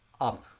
up